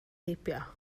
heibio